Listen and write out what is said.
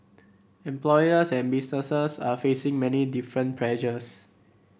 employers and businesses are facing many different pressures